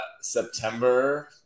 September